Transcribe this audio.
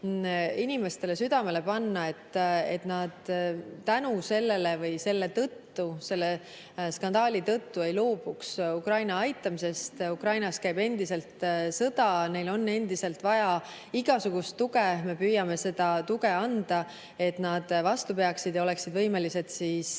inimestele südamele panna on see, et nad selle skandaali tõttu ei loobuks Ukraina aitamisest. Ukrainas käib endiselt sõda, neil on endiselt vaja igasugust tuge. Me püüame seda tuge anda, et nad vastu peaksid ja oleksid võimelised Vene